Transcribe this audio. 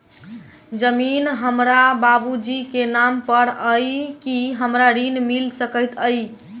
जमीन हमरा बाबूजी केँ नाम पर अई की हमरा ऋण मिल सकैत अई?